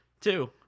Two